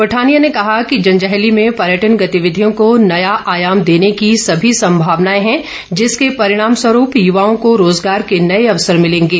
पठानिया ने कहा कि जंजैहली में पर्यटन गतिविधियों को नया आयाम देने की सभी संभावनाएं हैं जिसके परिणाम स्वरूप युवाओं को रोजगार के नए अवसर मिलेंगे